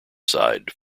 side